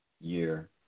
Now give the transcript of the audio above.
year